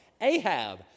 Ahab